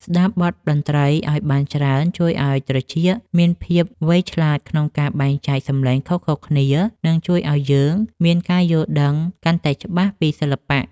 ស្ដាប់បទតន្ត្រីឱ្យបានច្រើនជួយឱ្យត្រចៀកមានភាពវៃឆ្លាតក្នុងការបែងចែកសម្លេងខុសៗគ្នា និងជួយឱ្យយើងមានការយល់ដឹងកាន់តែច្បាស់ពីសិល្បៈ។